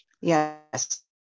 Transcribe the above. Yes